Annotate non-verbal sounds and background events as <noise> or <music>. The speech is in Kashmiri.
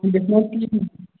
یہِ گَژھِ <unintelligible>